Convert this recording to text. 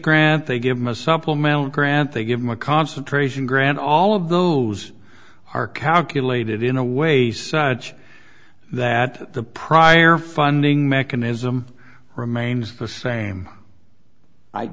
grant they give them a supplemental grant they give them a concentration grant all of those are calculated in a way such that the prior funding mechanism remains the same i